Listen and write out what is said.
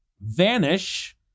vanish